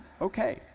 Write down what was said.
okay